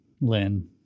Lynn